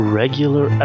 regular